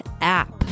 app